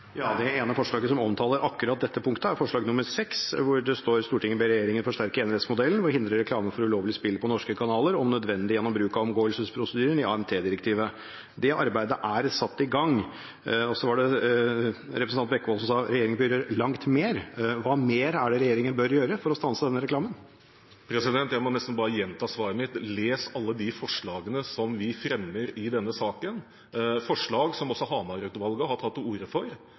Det ene forslaget som omtaler akkurat dette punktet, er forslag nr. 6, hvor det står: «Stortinget ber regjeringen forsterke enerettsmodellen ved å hindre reklame for ulovlige spill på norske kanaler, om nødvendig gjennom bruk av omgåelsesprosedyren i AMT-direktivet.» Det arbeidet er satt i gang. Representanten Bekkevold sa at regjeringen bør gjøre «langt mer». Hva mer er det regjeringen bør gjøre for å stanse denne reklamen? Jeg må nesten bare gjenta svaret mitt: Les alle de forslagene som vi fremmer i denne saken, forslag som også Hamar-utvalget har tatt til orde for,